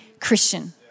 Christian